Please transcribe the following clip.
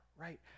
right